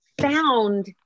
found